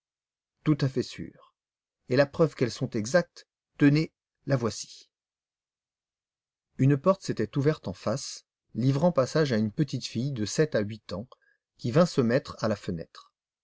tout à fait sûr et la preuve qu'elles sont exactes tenez la voici une porte s'était ouverte en face livrant passage à une petite fille de sept à huit ans qui vint se mettre à la fenêtre